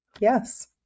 Yes